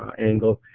angle,